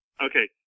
okay